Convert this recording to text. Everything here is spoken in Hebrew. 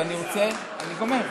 ניסן, אני גומר.